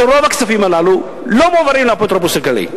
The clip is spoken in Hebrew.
שרוב הכספים הללו לא מועברים לאפוטרופוס הכללי.